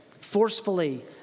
forcefully